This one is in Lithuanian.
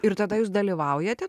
ir tada jūs dalyvaujate